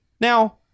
now